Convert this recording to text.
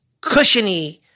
cushiony